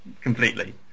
completely